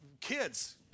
kids